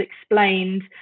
explained